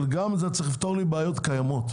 אבל גם זה צריך לפתור לי בעיות קיימות.